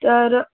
तर